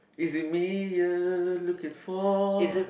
is it me you're looking for